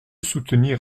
soutenir